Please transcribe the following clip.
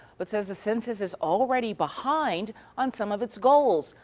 but says the census is already behind on some of its goals,